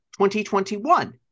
2021